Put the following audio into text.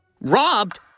Robbed